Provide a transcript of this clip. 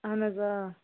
اَہَن حظ آ